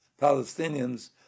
Palestinians